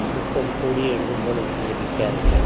സിസ്റ്റത്തിൽ കൂടി എഴുതുമ്പോൾ എനിക്ക് ലഭിക്കാറില്ല